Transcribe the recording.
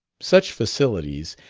such facilities,